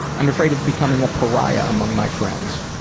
i'm afraid of becoming a pariah among my friends.